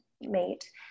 mate